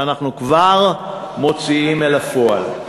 שאנחנו כבר מוציאים אל הפועל,